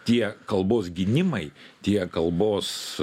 tie kalbos gynimai tie kalbos